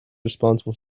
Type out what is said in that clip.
responsible